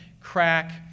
crack